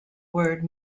word